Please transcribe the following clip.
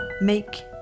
make